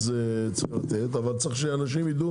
יהיה צריך לתת אבל צריך שאנשים יידעו